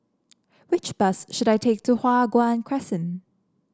which bus should I take to Hua Guan Crescent